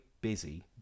busy